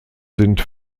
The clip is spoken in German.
sind